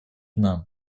нам